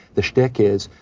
the schtick is,